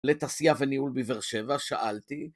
לתעשייה וניהול בבאר שבע, שאלתי